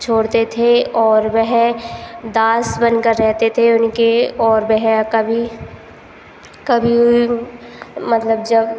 छोड़ते थे और वह दास बन कर रहते थे उनके और वह कभी कभी मतलब जब